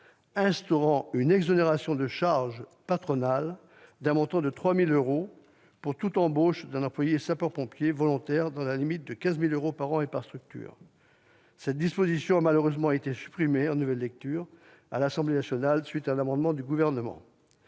instaurer une exonération de charges patronales d'un montant de 3 000 euros pour toute embauche d'un employé sapeur-pompier volontaire, dans la limite de 15 000 euros par an et par structure. Cette disposition a malheureusement été supprimée en nouvelle lecture à l'Assemblée nationale, à la suite d'un amendement du Gouvernement.